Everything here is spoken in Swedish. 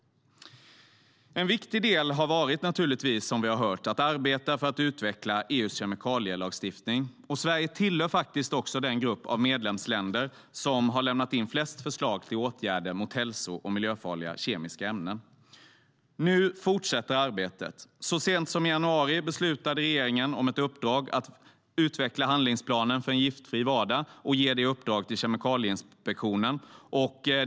En viktig del har varit, som vi har hört, att arbeta för att utveckla EU:s kemikalielagstiftning. Sverige tillhör den grupp av medlemsländer som har lämnat in flest förslag till åtgärder mot hälso och miljöfarliga kemiska ämnen. Nu fortsätter arbetet. Så sent som i januari beslutade regeringen om ett uppdrag att utveckla handlingsplanen för en giftfri vardag och ge uppdraget till Kemikalieinspektionen.